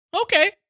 okay